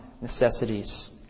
necessities